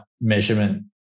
measurement